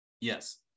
Yes